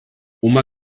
uma